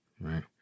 Right